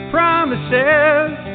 Promises